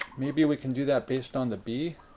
maybe we can do that based on the b